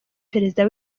perezida